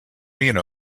mina